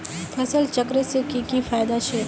फसल चक्र से की की फायदा छे?